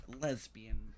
lesbian